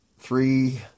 Three